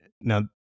now